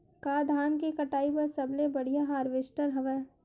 का धान के कटाई बर सबले बढ़िया हारवेस्टर हवय?